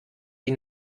die